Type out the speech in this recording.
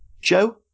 joe